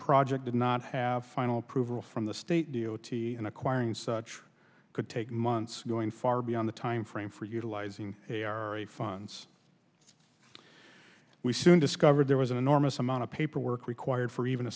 project did not have final approval from the state d o t and acquiring such could take months going far beyond the time frame for utilizing a r e funds we soon discovered there was an enormous amount of paperwork required for even a